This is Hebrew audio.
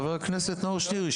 חבר הכנסת נאור שירי,